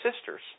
sisters